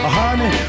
honey